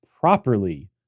properly